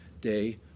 day